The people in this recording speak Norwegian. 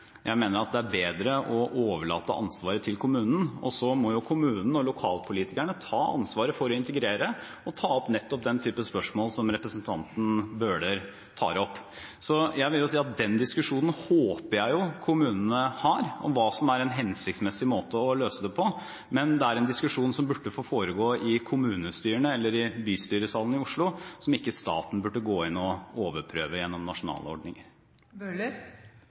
Jeg mener det er bedre å overlate ansvaret til kommunen. Så må kommunen – lokalpolitikerne – ta ansvaret for å integrere og ta opp nettopp den type spørsmål som representanten Bøhler tar opp. Jeg vil si at diskusjonen om hva som er en hensiktsmessig måte å løse dette på, håper jeg jo at kommunene har. Men det er en diskusjon som burde foregå i kommunestyrene eller i bystyresalen i Oslo, og som staten ikke burde gå inn i og overprøve gjennom nasjonale